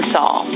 Saul